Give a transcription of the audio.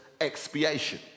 expiation